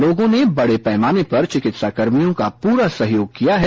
लोगों ने बड़े पैमाने पर चिकित्सा कर्मियों का पूरा सहयोग किया है